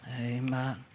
Amen